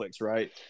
right